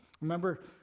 remember